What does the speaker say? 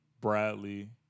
Bradley